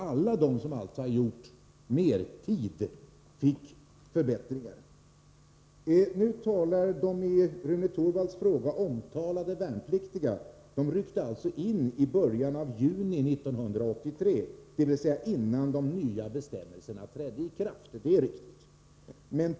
Alla som gör mertid fick alltså förbättringar. De i Rune Torwalds fråga omtalade värnpliktiga ryckte in i början av juni 1983, dvs. innan de nya bestämmelserna trädde i kraft — det är riktigt.